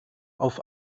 auf